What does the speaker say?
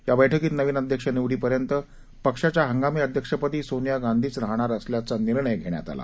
या बैठकीत नवीन अध्यक्ष निवडीपर्यंत पक्षाच्या हंगामी अध्यक्षपदी सोनिया गांधीच राहणार असल्याचा निर्णय घप्यात आला